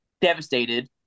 devastated